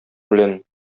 белән